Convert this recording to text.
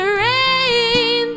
rain